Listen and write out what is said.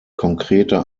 konkrete